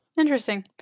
Interesting